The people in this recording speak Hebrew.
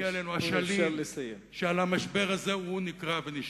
שנקרא "אשלים", שעל המשבר הזה הוא נקרע ונשבר.